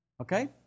Okay